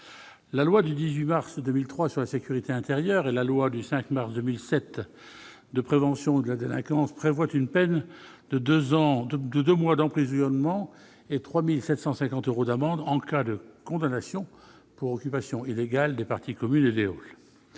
La loi du 18 mars 2003 sur la sécurité intérieure et la loi du 5 mars 2007 de prévention de la délinquance prévoient une peine de deux mois d'emprisonnement et 3 750 euros d'amende en cas de condamnation pour occupation illégale de parties communes et de halls.